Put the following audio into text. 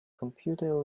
computer